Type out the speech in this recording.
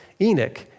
Enoch